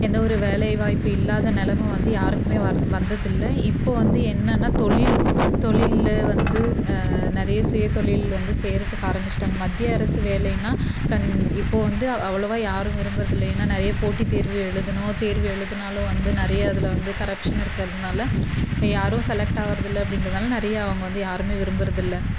எந்த ஒரு வேலைவாய்ய்பு இல்லாத நிலம வந்து யாருக்குமே வந்ததில்லை இப்போ வந்து என்னென்னா தொழில் தொழிலில் வந்து நிறைய சுய தொழில் வந்து செய்யறத்துக்கு ஆரம்பிச்சிட்டாங்க மத்திய அரசு வேலைன்னா கண் இப்போ வந்து அவ்வளவா யாரும் விரும்புறதில்லை ஏன்னா நிறைய போட்டி தேர்வு எழுதணும் தேர்வு எழுதுனாலும் வந்து நிறைய அதில் வந்து கரப்ஷன் இருக்கறதுனால் யாரும் செலெக்ட் ஆவறதில்லை அப்படின்றதனால நிறைய அவங்க வந்து யாருமே விரும்புறதில்லை